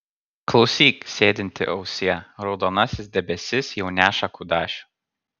klausyk sėdinti ausie raudonasis debesis jau neša kudašių